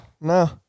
No